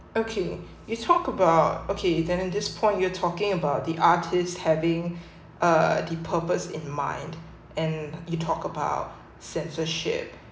okay you talked about okay then in this point you're talking about the artist having uh the purpose in mind and you talked about censorship